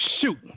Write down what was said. shoot